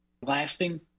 blasting